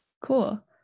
Cool